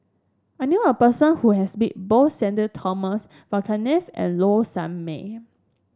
I knew a person who has met both Sudhir Thomas Vadaketh and Low Sanmay